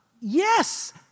Yes